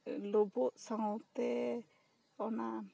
ᱞᱳᱵᱳᱜ ᱥᱟᱶᱛᱮ ᱚᱱᱟ